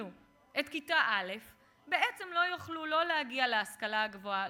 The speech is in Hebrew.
את כיתה א' בעצם לא יוכלו להגיע להשכלה הגבוהה,